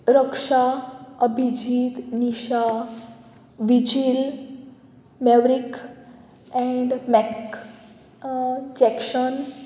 Raksha Abhijeet Nisha Vijil Maverick and Mac Jackson